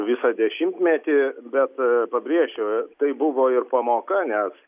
visą dešimtmetį bet pabrėšiu tai buvo ir pamoka nes